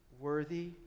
Worthy